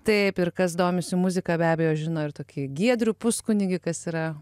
taip ir kas domisi muzika be abejo žino ir tokį giedrių puskunigį kas yra